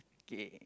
okay okay okay